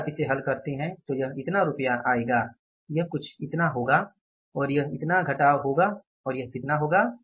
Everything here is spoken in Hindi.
यदि आप इसे हल करते हैं तो यह इतना रूपया आएगा यह कुल इतना होगा और यह इतना घटाव होगा और यह कितना होगा